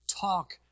Talk